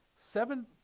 seven